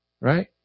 Right